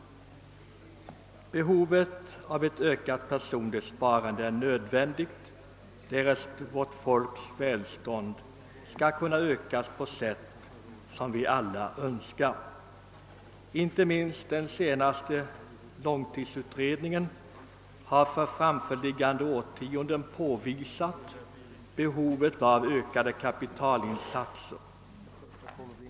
Det är nödvändigt att det personliga sparandet blir större om vårt folks välstånd skall kunna ökas så som vi alla önskar. Inte minst den senaste långtidsutredningen har för de närmaste årtiondena påvisat behovet av ökade kapitalinsatser.